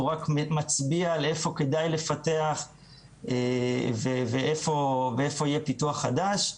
הוא רק מצביע היכן כדאי לפתח ואיפה יהיה פיתוח חדש.